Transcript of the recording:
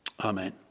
Amen